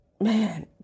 man